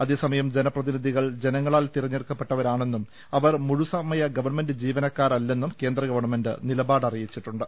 അതേസമയം ജനപ്രതിനിധികൾ ജനങ്ങളാൽ തിരഞ്ഞെടുക്കപ്പെട്ടവരാണെന്നും അവർ മുഴുസമയ ഗവൺമെന്റ് ജീവനക്കാരല്ലെന്നും കേന്ദ്ര ഗവൺമെനറ് നിലപാട് അറിയിച്ചിട്ടുണ്ട്